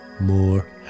more